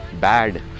bad